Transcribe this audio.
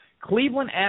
Cleveland